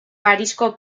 parisko